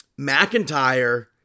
McIntyre